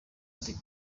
ati